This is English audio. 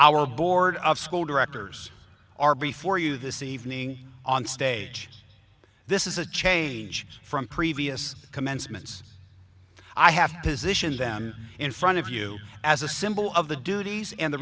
our board of school directors are before you this evening on stage this is a change from previous commencements i have positioned them in front of you as a symbol of the duties and the